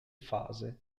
fase